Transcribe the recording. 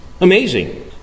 Amazing